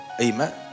Amen